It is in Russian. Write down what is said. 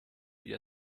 где